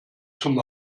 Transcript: zum